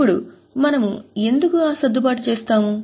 ఇప్పుడు మనము ఎందుకు ఆ సర్దుబాటు చేస్తాము